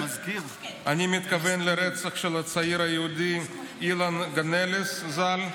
אני מתכוון לרצח של הצעיר היהודי אילן גנלס ז"ל,